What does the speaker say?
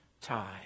time